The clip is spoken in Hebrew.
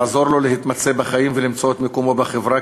לעזור לו להתמצא בחיים ולמצוא את מקומו בחברה,